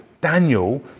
Daniel